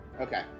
Okay